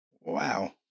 Wow